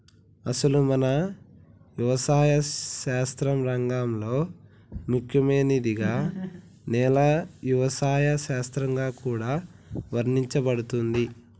అసలు మన యవసాయ శాస్త్ర రంగంలో ముఖ్యమైనదిగా నేల యవసాయ శాస్త్రంగా కూడా వర్ణించబడుతుంది